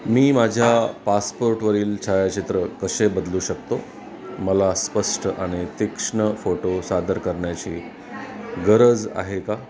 मी माझ्या पासपोर्टवरील छायाचित्र कसे बदलू शकतो मला स्पष्ट आणि तीक्ष्ण फोटो सादर करण्याची गरज आहे का